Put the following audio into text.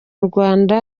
rwanda